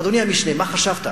אדוני המשנה, מה חשבת?